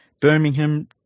Birmingham